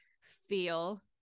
feel